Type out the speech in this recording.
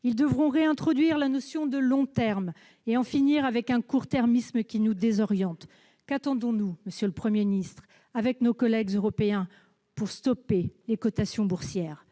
Ils devront réintroduire la notion de long terme et en finir avec un court-termisme qui nous désoriente. Qu'attendons-nous, monsieur le Premier ministre, pour suspendre les cotations boursières,